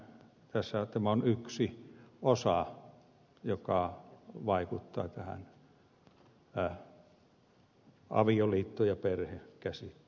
mielestäni tämä on yksi osa joka vaikuttaa tähän avioliitto ja perhekäsitteeseen